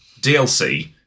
DLC